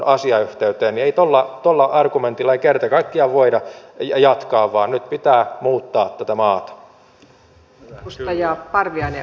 ei tuolla argumentilla kerta kaikkiaan voida jatkaa vaan nyt pitää muuttaa tätä maata